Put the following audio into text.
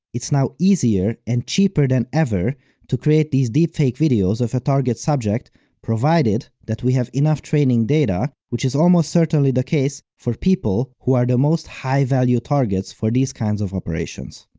it's now easier and cheaper than ever to create these deepfake videos of a target subject provided that we have enough training data, which is almost certainly the case for people who are the most high-value targets for these kinds of operations.